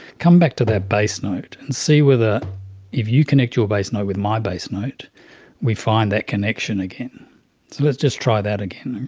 come back to that base note and see whether if you connect your base note with my base note we find that connection again. so let's just try that again,